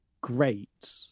Great